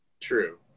True